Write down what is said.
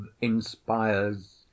inspires